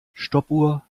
stoppuhr